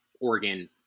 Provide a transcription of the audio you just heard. Oregon